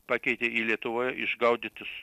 pakeitė į lietuvoje išgaudytus